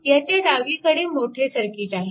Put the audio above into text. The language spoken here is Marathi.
ह्याच्या डावीकडे मोठे सर्किट आहे